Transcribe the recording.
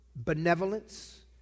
benevolence